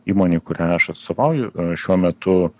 įmonė kurią aš atstovauju šiuo metu